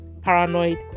paranoid